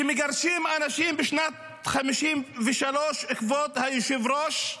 כשמגרשים אנשים בשנת 1953, כבוד היושב-ראש,